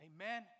amen